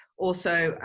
also,